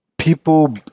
People